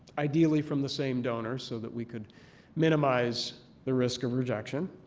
ideally from the same donor so that we could minimize the risk of rejection.